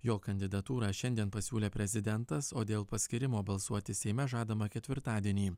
jo kandidatūrą šiandien pasiūlė prezidentas o dėl paskyrimo balsuoti seime žadama ketvirtadienį